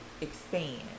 expand